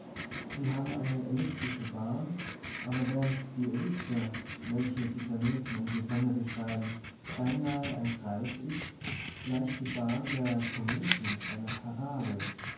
sie haben eine elliptische bahn aber während die ellipse welche die planeten um die sonne beschreiben beinahe ein kreis ist gleicht die bahn der kometen einer parabel